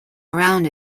around